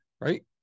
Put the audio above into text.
right